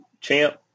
champ